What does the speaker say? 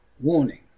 Warning